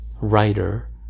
writer